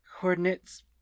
Coordinates